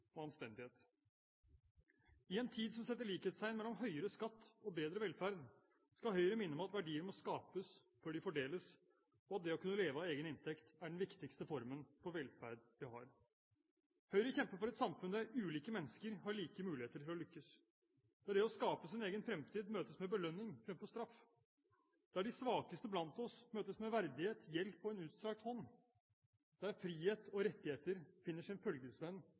og anstendighet. I en tid som setter likhetstegn mellom høyere skatt og bedre velferd, skal Høyre minne om at verdier må skapes før de fordeles, og at det å kunne leve av egen inntekt er den viktigste formen for velferd vi har. Høyre kjemper for et samfunn der ulike mennesker har like muligheter til å lykkes, der det å skape sin egen fremtid møtes med belønning fremfor straff, der de svakeste blant oss møtes med verdighet, hjelp og en utstrakt hånd, der frihet og rettigheter finner sin følgesvenn